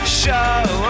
show